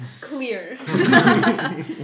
clear